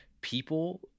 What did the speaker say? people